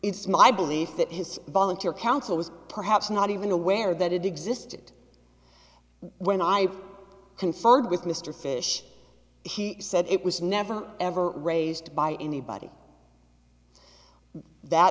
it's my belief that his volunteer counsel was perhaps not even aware that it existed when i consulted with mr fyshe he said it was never ever raised by anybody that